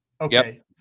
Okay